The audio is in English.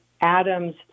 Adam's